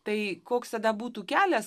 tai koks tada būtų kelias